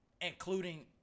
including